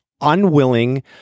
unwilling